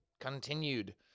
Continued